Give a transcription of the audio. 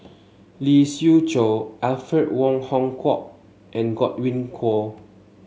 Lee Siew Choh Alfred Wong Hong Kwok and Godwin Koay